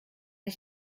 ich